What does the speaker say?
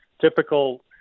typical